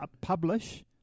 publish